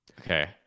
okay